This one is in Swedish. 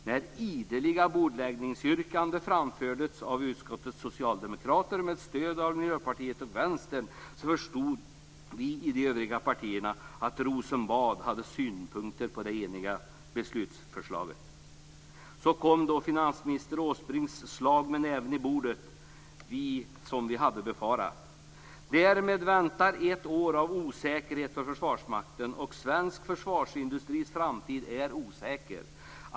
När ideliga bordläggningsyrkanden framfördes av utskottets socialdemokrater med stöd av Miljöpartiet och Vänstern förstod vi i de övriga partierna att Rosenbad hade synpunkter på det eniga beslutsförslaget. Så kom då finansminister Åsbrinks slag med näven i bordet, som vi hade befarat. Därmed väntar ett år av osäkerhet för Försvarsmakten, och svensk försvarsindustris framtid är osäker.